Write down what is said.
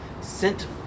sent